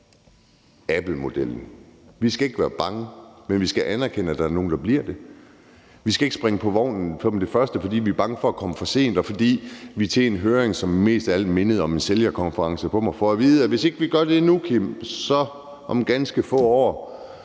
Apple-modellen. Vi skal ikke være bange, men vi skal anerkende, at der er nogle, der bliver det. Vi skal ikke springe på vognen som det første, fordi vi er bange for at komme for sent, og fordi man til en høring – som på mig mest af alt mindede om en sælgerkonference – får at vide, at hvis vi ikke gør det nu, Kim, så er der om få år